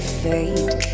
fade